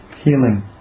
healing